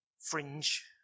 fringe